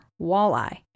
walleye